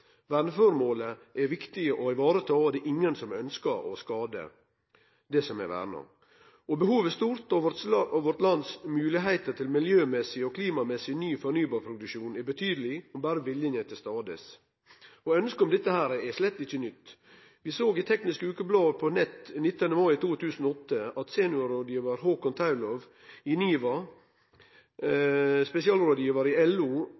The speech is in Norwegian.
er viktig å vareta. Det er ingen som ønskjer å skade det som er verna. Behovet er stort. Moglegheitene i landet vårt miljømessig og klimamessig når det gjeld ny fornybar energiproduksjon, er betydelige, om berre viljen er til stades. Ønsket om dette er slett ikkje nytt. Vi såg i Teknisk Ukeblad på nett 19. mai 2008 at seniorrådgivar Haakon Thaulow i NIVA, spesialrådgivar i LO